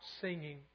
singing